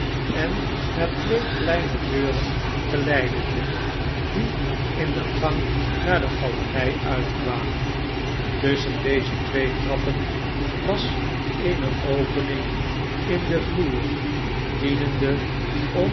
en naar twee kleine deuren geleidende die in de gang naar de galerij uitkwamen tusschen deze twee trappen was ene opening in den vloer dienende